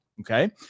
okay